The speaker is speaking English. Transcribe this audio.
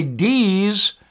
IDs